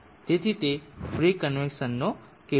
તેથી તે ફ્રી કન્વેક્શનનો કેસ છે